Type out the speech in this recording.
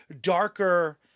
darker